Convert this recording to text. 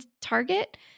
Target